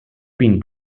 been